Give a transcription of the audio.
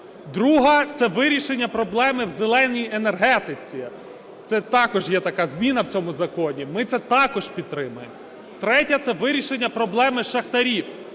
Друга - це вирішення проблеми в "зеленій" енергетиці, це також є така зміна в цьому законі. Ми це також підтримуємо. Третя – це вирішення проблеми шахтарів,